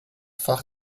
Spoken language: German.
fach